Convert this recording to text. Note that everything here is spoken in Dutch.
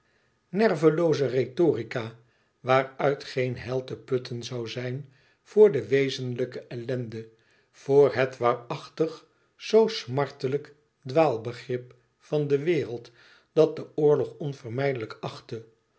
nervelooze rhetorica waaruit geen heil te putten zoû zijn voor de wezenlijke ellende voor het waarachtig zoo smartelijk dwaalbegrip van de wereld dat de oorlog onvermijdelijk achtte